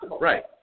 Right